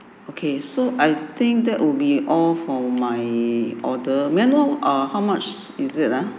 okay so I think that will be all for my order may I know uh how much is it ah